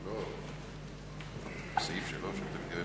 16),